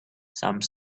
some